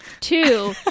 two